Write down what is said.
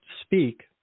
speak